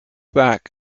back